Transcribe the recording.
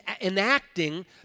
enacting